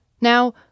Now